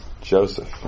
Joseph